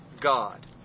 God